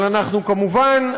אבל אנחנו כמובן,